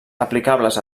aplicables